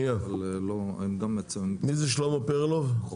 מי זה שלמה פרלוב?